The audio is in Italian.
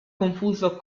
confuso